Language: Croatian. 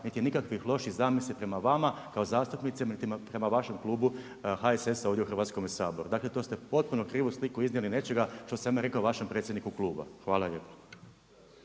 niti nikakvih loših zamisli prema vama kao zastupnicima niti prema vašem klubu HSS-a ovdje u Hrvatskome saboru. Dakle tu ste potpuno krivu sliku iznijeli nečega što sam ja rekao vašem predsjedniku kluba. Hvala lijepa.